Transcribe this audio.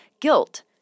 guilt